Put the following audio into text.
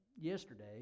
yesterday